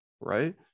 right